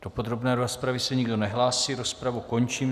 Do podrobné rozpravy se nikdo nehlásí, rozpravu končím.